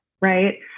right